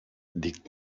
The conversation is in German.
liegt